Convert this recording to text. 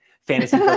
Fantasy